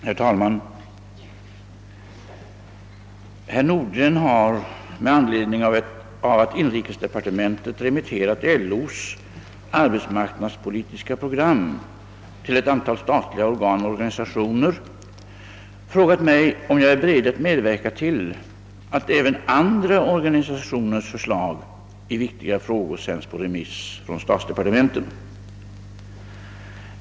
Herr talman! Herr Nordgren har med anledning av att inrikesdepartementet remitterat LO:s arbetsmarknadspolitiska program till ett antal statliga organ och organisationer frågat mig om jag är beredd att medverka till att även andra organisationers förslag i viktiga frågor sänds på remiss från statsdepartementen.